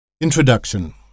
Introduction